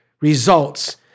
results